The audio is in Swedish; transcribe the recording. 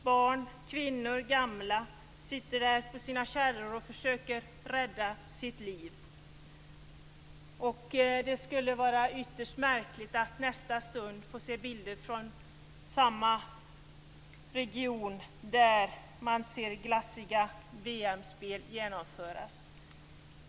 Barn, kvinnor och gamla sitter på sina kärror och försöker rädda sitt liv. Det skulle vara ytterst märkligt att nästa stund se bilder från samma region där man ser glassiga VM-spel genomföras.